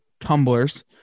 tumblers